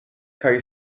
kaj